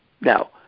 Now